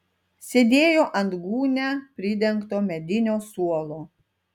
sėdėjo ant gūnia pridengto medinio suolo